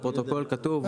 בפרוטוקול כתוב.